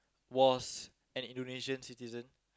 was an Indonesian citizen